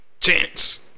Chance